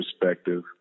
perspective